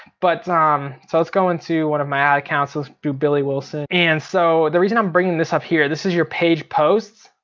but um so let's go into one of my ad accounts. let's do billy willson. and so the reason i'm bringing this up here, this is your page posts.